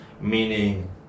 meaning